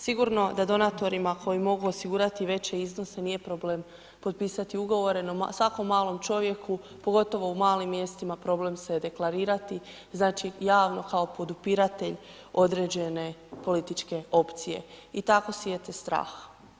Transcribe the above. Sigurno da donatorima koji mogu osigurati veće iznose, nije problem potpisati ugovore, no svakom malom čovjeku, pogotovo u malim mjestima, problem se deklarirati, znači, javno kao podupiratelj određene političke opcije i tako sijete strah.